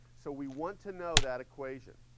so we want to know that equation.